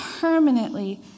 permanently